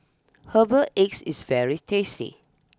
Herbal eggs is various tasty